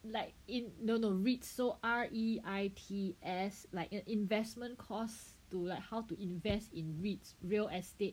like in no no R_E_I_T_S so R E I T S like an investment course to like how to invest in R_E_I_T_S real estate